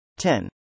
10